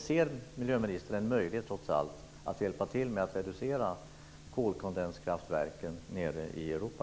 Ser miljöministern trots allt en möjlighet att hjälpa till med att reducera kolkondenskraftverken i södra Europa?